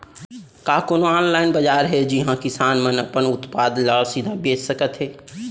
का कोनो अनलाइन बाजार हे जिहा किसान मन अपन उत्पाद ला सीधा बेच सकत हे?